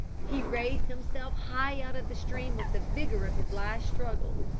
he raised himself high out of the stream with the vigour of his last struggle,